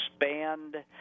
expand